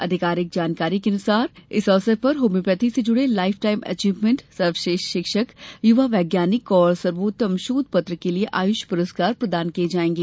आधिकारिक विज्ञप्ति के अनुसार इस अवसर पर होम्योपैथी से जुड़े लाइफ टाइम अचीवमेंट सर्वश्रेष्ठ शिक्षक यूवा वैज्ञानिक और सर्वोत्तम शोध पत्र के लिये आयुष पुरस्कार प्रदान किये जायेंगे